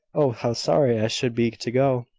oh! how sorry i should be to go!